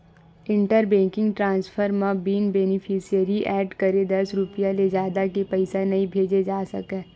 inter banking transfer म बिन beneficiary add करे दस रूपिया ले जादा के पइसा नइ भेजे जा सकय